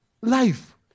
life